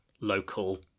local